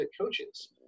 coaches